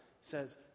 says